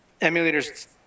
Emulators